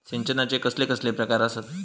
सिंचनाचे कसले कसले प्रकार आसत?